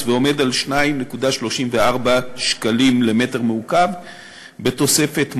ועומד על 2.34 שקלים למ"ק בתוספת מע"מ.